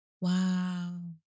Wow